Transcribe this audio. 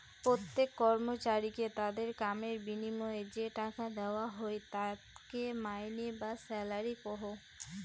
প্রত্যেক কর্মচারীকে তাদের কামের বিনিময়ে যে টাকা দেওয়া হই তাকে মাইনে বা স্যালারি কহু